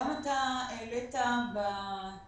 אני מניחה שזה אולי לא יבוא לידי תיקון ברגע זה,